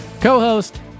Co-host